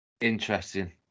Interesting